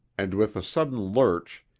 and with a sudden lurch,